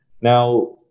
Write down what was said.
Now